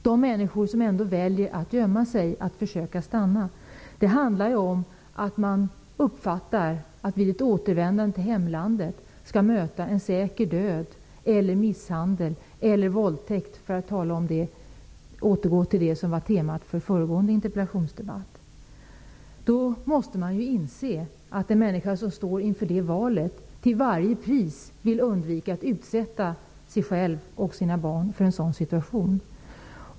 De människor som ändå väljer att gömma sig och försöka stanna, uppfattar att de kommer att möta en säker död, misshandel eller våldtäkt -- för att återgå till det som var temat för den föregående interpellationsdebatten -- vid ett återvändande till hemlandet. Vi måste inse att en människa som står inför det valet till varje pris vill undvika att utsätta sig själv och sina barn för en sådan situation.